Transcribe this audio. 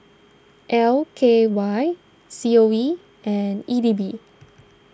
L K Y C O E and E D B